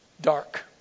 dark